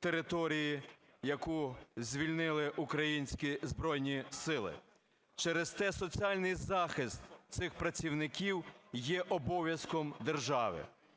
території, яку звільнили українські Збройні Сили, через те соціальний захист цих працівників є обов'язком держави.